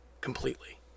completely